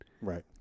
right